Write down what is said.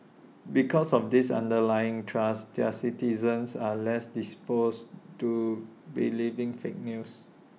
because of this underlying trust their citizens are less disposed to believing fake news